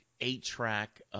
eight-track